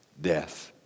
death